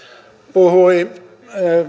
puhui